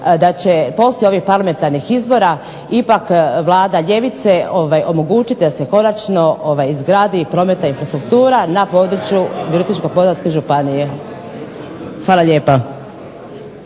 da će poslije ovih parlamentarnih izbora ipak Vlada ljevice omogućiti da se izgradi prometna infrastruktura na području Virovitičko-Podravske županije. Hvala lijepa.